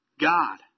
God